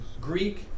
Greek